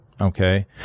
Okay